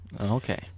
Okay